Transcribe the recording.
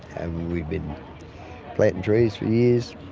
and we've been planting trees for years,